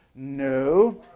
No